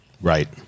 Right